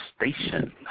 station